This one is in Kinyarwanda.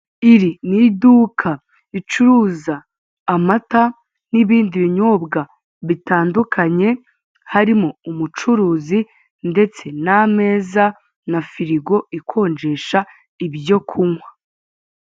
Iri ni iduka ricuruza amata n'ibindi binyobwa bitandukanye harimo umucuruzi ndetse n'ameza na firigo ikonjesha ibyo kunywa.